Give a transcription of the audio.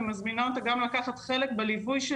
ואני מזמינה אותה גם לקחת חלק בליווי של